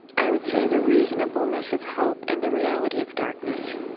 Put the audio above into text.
i would say, the reasonableness of hope and the reality of darkness.